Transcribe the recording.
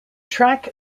track